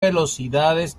velocidades